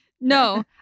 No